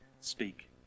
speak